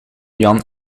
jan